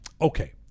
Okay